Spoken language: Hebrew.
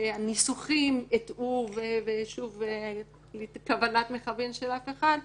שהניסוחים הטעו ושוב לא בכוונת מכוון של אף אחד,